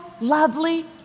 lovely